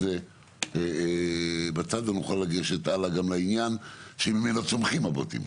זה בצד ונוכל לגשת הלאה גם לעניין שממנו צומחים הבוטים,